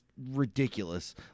ridiculous